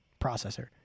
processor